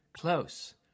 Close